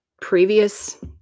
previous